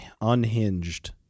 unhinged